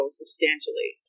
substantially